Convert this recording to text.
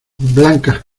blancas